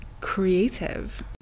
creative